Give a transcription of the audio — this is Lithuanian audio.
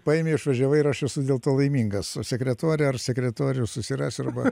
paėmei išvažiavai ir aš esu dėl to laimingas o sekretorę ar sekretorių susiras arba